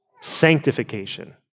Sanctification